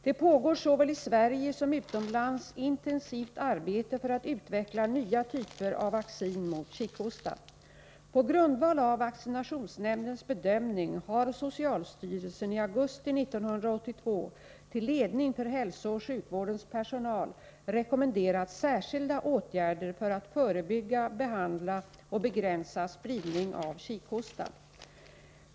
Det pågår såväl i Sverige som utomlands intensivt arbete för att utveckla nya typer av vaccin mot kikhosta. På grundval av vaccinationsnämndens bedömning har socialstyrelsen i augusti 1982 till ledning för hälsooch sjukvårdens personal rekommenderat särskilda åtgärder för att förebygga, behandla och begränsa spridningen av kikhosta.